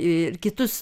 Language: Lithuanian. ir kitus